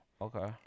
okay